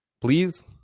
please